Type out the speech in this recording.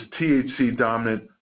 THC-dominant